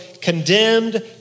condemned